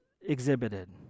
exhibited